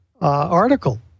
article